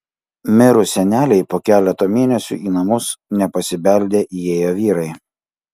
mirus senelei po keleto mėnesių į namus nepasibeldę įėjo vyrai